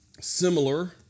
similar